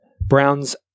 Browns